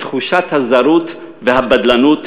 את תחושת הזרות והבדלנות,